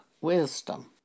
wisdom